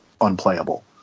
unplayable